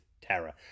terror